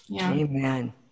Amen